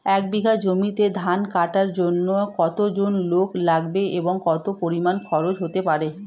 এক বিঘা জমিতে ধান কাটার জন্য কতজন লোক লাগবে এবং কত পরিমান খরচ হতে পারে?